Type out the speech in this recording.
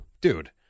Dude